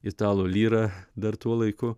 italų lira dar tuo laiku